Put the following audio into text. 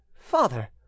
father